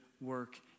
work